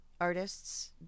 artists